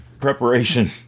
preparation